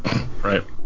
Right